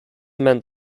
meant